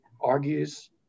argues